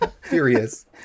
furious